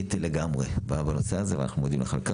אוצרית לגמרי בנושא הזה ואנחנו מודים לך על כך,